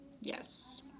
Yes